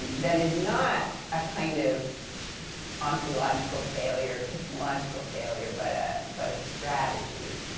that is not a kind of ontological failure, epistemological failure, but but a strategy.